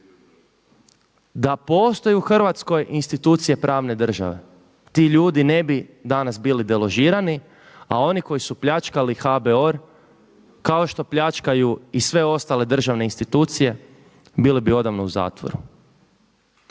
da postoji u Hrvatskoj institucija pravne države ti ljudi ne bi danas bili deložirani, a oni koji su pljačkali HBOR kao što pljačkaju i sve ostale državne institucije bili bi odavno u zatvoru.